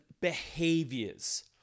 behaviors